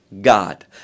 god